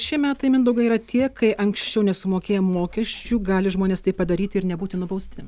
šie metai mindaugai yra tie kai anksčiau nesumokėję mokesčių gali žmonės tai padaryti ir nebūti nubausti